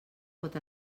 pot